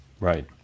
Right